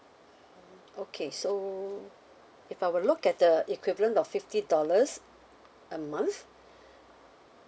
okay so if I were look at the equivalent of fifty dollars a month